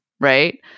right